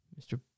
Mr